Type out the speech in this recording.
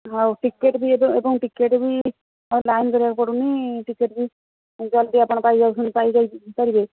ଆଉ ଟିକେଟ୍ ବି ଏବେ ଏବଂ ଟିକେଟ୍ ବି ଆଉ ଲାଇନ୍ କରିବାକୁ ପଡ଼ୁନି ଟିକେଟ୍ ବି ଜଲଦି ଆପଣ ପାଇଯାଉଛନ୍ତି ପାଇଯାଇ ପାରିବେ